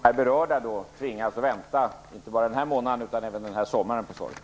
Fru talman! Då får vi väl konstatera att berörda tvingas vänta inte bara den här månaden utan även under sommaren på svar.